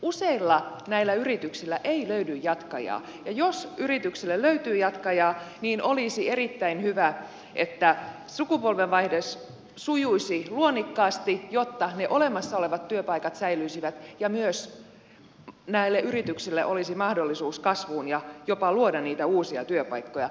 useissa näistä yrityksistä ei löydy jatkajaa ja jos yritykselle löytyy jatkaja niin olisi erittäin hyvä että sukupolvenvaihdos sujuisi luonnikkaasti jotta ne olemassa olevat työpaikat säilyisivät ja myös näillä yrityksillä olisi mahdollisuus kasvuun ja jopa luoda niitä uusia työpaikkoja